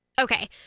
Okay